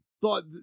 thought